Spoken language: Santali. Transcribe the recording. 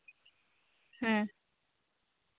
ᱦᱮᱸ